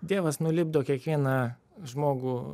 dievas nulipdo kiekvieną žmogų